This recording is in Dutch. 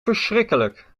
verschrikkelijk